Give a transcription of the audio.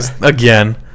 again